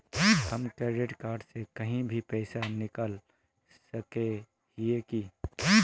हम credit card से कहीं भी पैसा निकल सके हिये की?